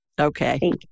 Okay